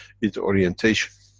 it's orientation.